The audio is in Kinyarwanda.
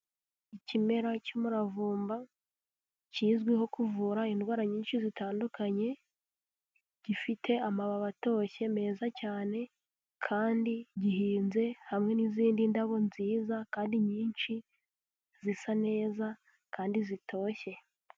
Ikimera cy'umuravumba kizwiho kuvura indwara nyinshi zitandukanye, gifite amababi atoshye meza cyane kandi gihinze hamwe n'izindi ndabo nziza kandi nyinshi, zisa neza kandi zitoshye.